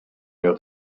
mur